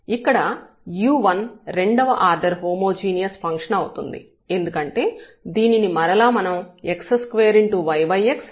ఇక్కడ u1 రెండవ order homogeneous function అవుతుంది ఎందుకంటే దీనిని మరలా మనం x2yxfyx గా వ్రాయవచ్చు